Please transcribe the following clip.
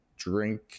Drink